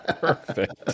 perfect